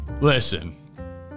listen